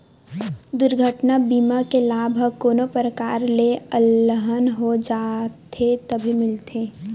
दुरघटना बीमा के लाभ ह कोनो परकार ले अलहन हो जाथे तभे मिलथे